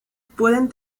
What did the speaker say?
pueden